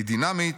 היא דינמית,